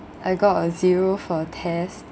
I got a zero for test